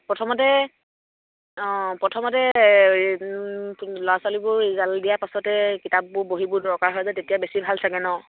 প্ৰথমতে অঁ প্ৰথমতে ল'ৰা ছোৱালীবোৰ ৰিজাল্ট দিয়া পাছতে কিতাপবোৰ বহীবোৰ দৰকাৰ হয় যে তেতিয়া বেছি ভাল চাগৈ ন